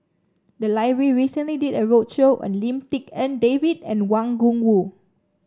the library recently did a roadshow on Lim Tik En David and Wang Gungwu